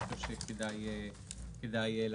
אני חושב שכדאי להקריא.